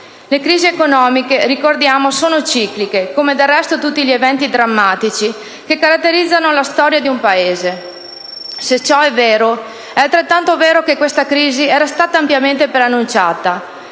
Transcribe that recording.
le crisi economiche sono cicliche, come del resto tutti gli eventi drammatici che caratterizzano la storia di un Paese. Se ciò è vero, è altrettanto vero che questa crisi era stata ampiamente preannunciata.